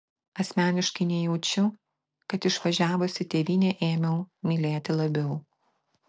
asmeniškai nejaučiu kad išvažiavusi tėvynę ėmiau mylėti labiau